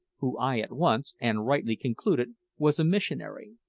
who i at once, and rightly, concluded was a missionary.